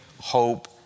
hope